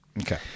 Okay